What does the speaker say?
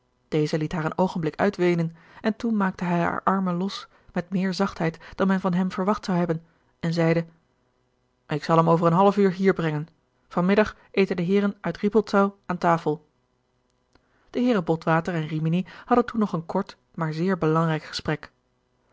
deze liet haar een oogenblik uitweenen en toen maakte hij hare armen los met meer zachtheid dan men van hem verwacht zou hebben en zeide ik zal hem over een half uur hier brengen van middag eten de heeren uit rippoldsau aan tafel de heeren botwater en rimini hadden toen nog een kort maar zeer belangrijk gesprek